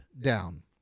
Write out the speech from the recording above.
down